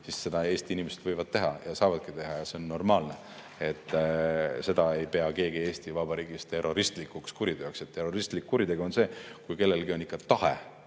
siis seda need Eesti inimesed võivad teha ja saavadki teha ja see on normaalne. Seda ei pea keegi Eesti Vabariigis terroristlikuks kuriteoks. Terroristlik kuritegu on see, kui kellelgi on tahe,